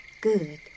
good